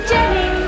Jenny